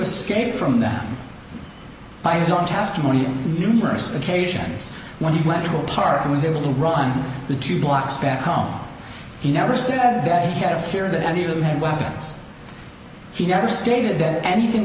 escape from that by its own task when you numerous occasions when he went to a park he was able to run the two blocks back home he never said that he had a fear that any of them had weapons he never stated that anything